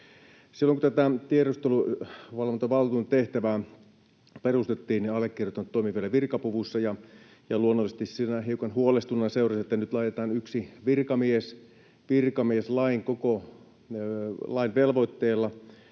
Silloin kun tätä tiedusteluvalvontavaltuutetun tehtävää perustettiin, niin allekirjoittanut toimi vielä virkapuvussa, ja luonnollisesti siinä hiukan huolestuneena seurasin, että nyt laitetaan yksi virkamies virkamieslain, koko lain, velvoitteella